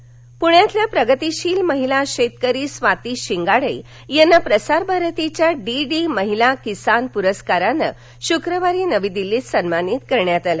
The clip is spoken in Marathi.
महिला शेतकरी पुण्यातल्या प्रगतीशील महिला शेतकरी स्वाती शिंगाडे यांना प्रसार भारतीच्या डीडी महिला किसान पुरस्कारानं शुक्रवारी नवी दिल्लीत सन्मानित करण्यात आलं